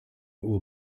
will